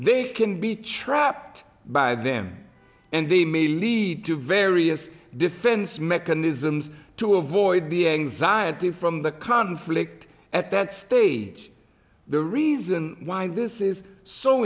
they can be trapped by them and they may lead to various defense mechanisms to avoid the anxiety from the conflict at that stage the reason why this is so